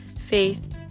faith